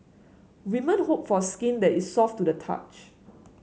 women hope for skin that is soft to the touch